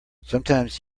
sometimes